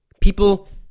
People